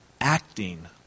acting